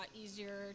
easier